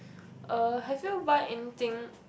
uh have you buy anything